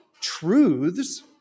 truths